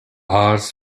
hours